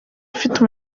ifite